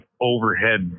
overhead